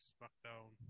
Smackdown